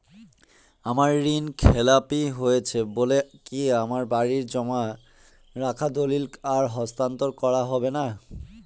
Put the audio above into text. আমার ঋণ খেলাপি হয়েছে বলে কি আমার বাড়ির জমা রাখা দলিল আর হস্তান্তর করা হবে না?